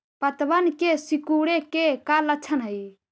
पत्तबन के सिकुड़े के का लक्षण हई?